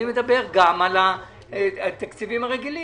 אני מדבר גם על התקציבים הרגילים.